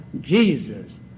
Jesus